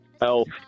Elf